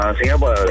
Singapore